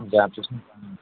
जां फ्ही